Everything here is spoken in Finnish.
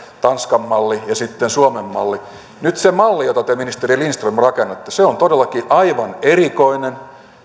tanskan malli ja sitten suomen malli nyt se malli jota te ministeri lindström rakennatte se on todellakin aivan erikoinen